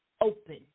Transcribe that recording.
open